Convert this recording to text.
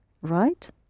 Right